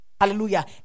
Hallelujah